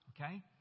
okay